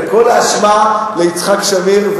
כל האשמה על יצחק שמיר.